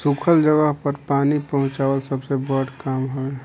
सुखल जगह पर पानी पहुंचवाल सबसे बड़ काम हवे